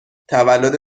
تولد